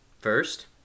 First